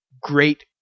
great